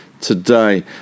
today